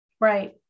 Right